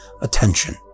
attention